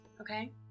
okay